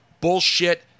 bullshit